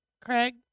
Craig